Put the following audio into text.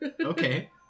Okay